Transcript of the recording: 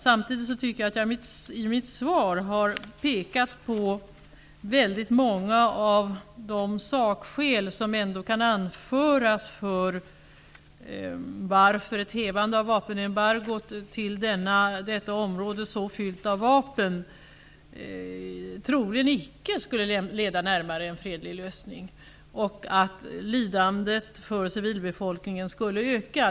Samtidigt tycker jag att jag i mitt svar har pekat på många av de sakskäl som kan anföras för att ett upphävande av vapenembargot för detta område, så fyllt av vapen, troligen icke skulle leda närmare en fredlig lösning och för att lidandet för civilbefolkningen skulle öka.